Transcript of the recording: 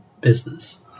business